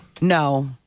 No